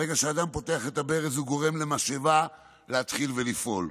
ברגע שאדם פותח את הברז הוא גורם למשאבה להתחיל ולפעול,